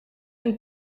een